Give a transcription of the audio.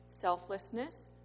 selflessness